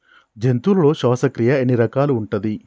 జంతువులలో శ్వాసక్రియ ఎన్ని రకాలు ఉంటది?